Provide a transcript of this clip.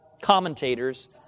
commentators